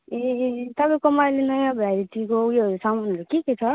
ए तपाईँकोमा अहिले नयाँ भेराइटीको ऊ योहरू सामानहरू के के छ